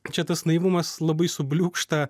čia tas naivumas labai subliūkšta